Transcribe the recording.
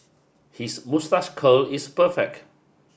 his moustache curl is perfect